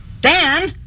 Dan